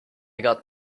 got